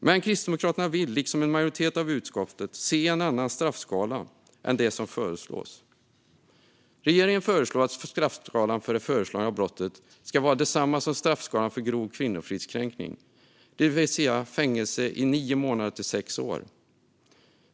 Men Kristdemokraterna vill, liksom en majoritet av utskottet, se en annan straffskala än den som föreslås. Regeringen föreslår att straffskalan för det föreslagna brottet ska vara densamma som för grov kvinnofridskränkning, det vill säga fängelse i nio månader till sex år.